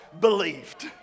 believed